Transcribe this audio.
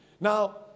Now